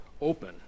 open